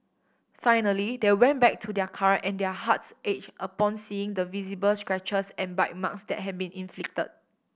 finally they went back to their car and their hearts ached upon seeing the visible scratches and bite marks that had been inflicted